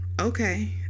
okay